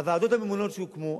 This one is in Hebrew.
הוועדות הממונות שהוקמו,